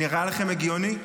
נראה לכם הגיוני?